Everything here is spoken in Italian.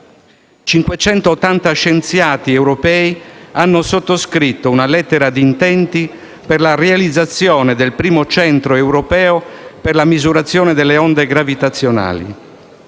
580 scienziati europei hanno sottoscritto una lettera di intenti per la realizzazione del primo Centro europeo per la misurazione delle onde gravitazionali.